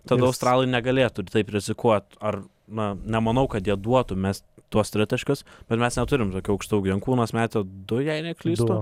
tada australai negalėtų ir taip rizikuot ar na nemanau kad jie duotų mest tuos tritaškius bet mes neturim tokių aukštaūgių jankūnas metė du jei neklystu